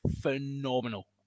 phenomenal